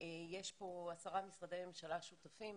יש פה עשרה משרדי ממשלה ששותפים,